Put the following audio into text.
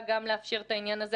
התחייבה לאפשר גם את העניין הזה.